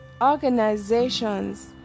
organizations